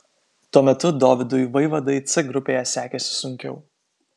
tuo metu dovydui vaivadai c grupėje sekėsi sunkiau